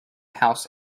house